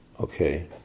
okay